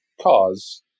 cause